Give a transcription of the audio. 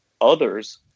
others